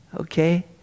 Okay